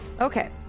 Okay